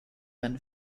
been